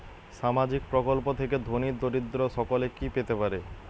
সামাজিক প্রকল্প থেকে ধনী দরিদ্র সকলে কি পেতে পারে?